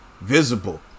visible